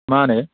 मा होनो